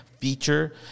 feature